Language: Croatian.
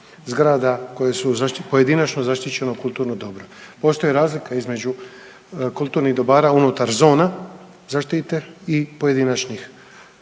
zgrada koje su pojedinačno zaštićeno kulturno dobro. Postoji razlika između kulturnih dobara unutar zona zaštite i pojedinačnih,